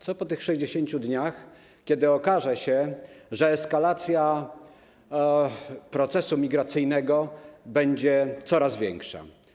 Co po tych 60 dniach, kiedy okaże się, że eskalacja procesu migracyjnego będzie coraz większa?